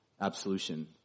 absolution